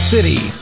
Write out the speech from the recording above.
City